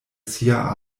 sia